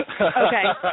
Okay